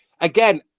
Again